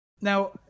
Now